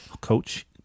coach